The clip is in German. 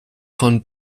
von